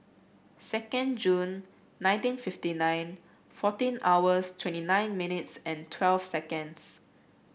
second Jun nineteen fifty nine fourteen hours twenty nine minutes and twelve seconds